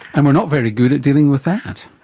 and we are not very good at dealing with that.